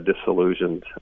disillusioned